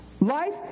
Life